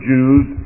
Jews